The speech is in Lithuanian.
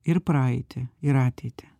ir praeitį ir ateitį